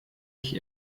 ich